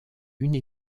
une